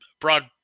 broad